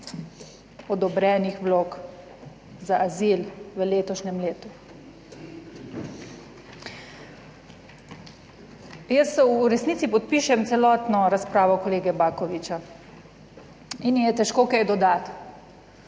odobrenih vlog za azil v letošnjem letu. Jaz v resnici podpišem celotno razpravo kolega Baković in ji je težko kaj dodati,